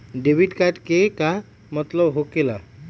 Debit card के का मतलब होकेला?